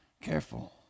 careful